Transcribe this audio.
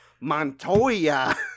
Montoya